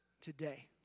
today